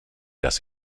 dass